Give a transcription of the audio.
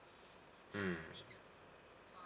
mm